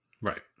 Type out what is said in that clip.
Right